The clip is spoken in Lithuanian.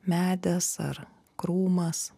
medis ar krūmas